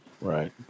Right